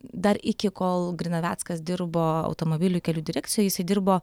dar iki kol grinaveckas dirbo automobilių kelių direkcijoj jisai dirbo